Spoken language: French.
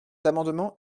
amendement